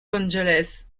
angeles